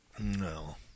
No